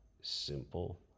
simple